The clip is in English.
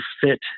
fit